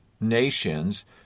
nations